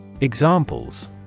Examples